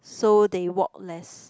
so they walk less